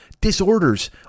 Disorders